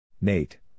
Nate